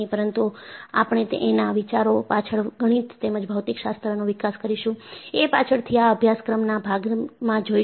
પરંતુઆપણે એના વિચારો પાછળ ગણિત તેમજ ભૌતિકશાસ્ત્રનો વિકાસ કરીશુંએ પાછળથી આ અભ્યાસક્રમના ભાગમાં જોઈશું